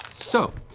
so.